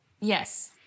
Yes